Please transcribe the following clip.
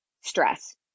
stress